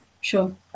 Sure